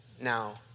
Now